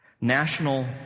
National